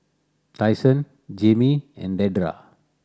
Tyson Jammie and Dedra